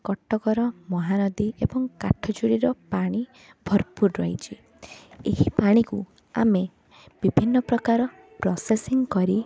କଟକର ମହାନଦୀ ଏବଂ କାଠଯୋଡ଼ିର ପାଣି ଭରପୂର ରହିଛି ଏହି ପାଣିକୁ ଆମେ ବିଭିନ୍ନପ୍ରକାର ପ୍ରସେସିଂ କରି